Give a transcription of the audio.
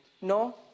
No